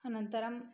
अनन्तरम्